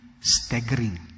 staggering